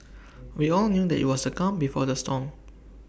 we all knew that IT was the calm before the storm